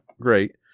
great